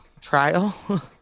trial